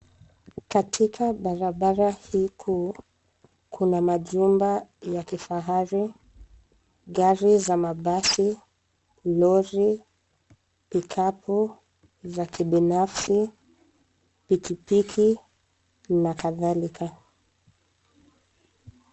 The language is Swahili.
Katika barabara hii kuu kuna majumba ya kifahari, gari za mabasi ,lori, vikapu za kibinafsi, pikipiki na kadhalika.